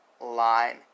line